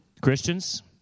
christians